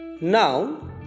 Now